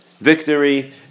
victory